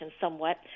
somewhat